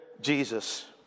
Jesus